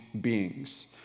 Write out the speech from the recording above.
beings